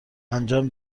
انجام